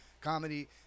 comedy